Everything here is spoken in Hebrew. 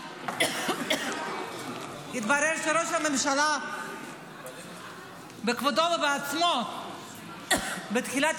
התברר שראש הממשלה בכבודו ובעצמו בתחילת